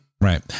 Right